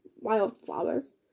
wildflowers